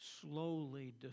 slowly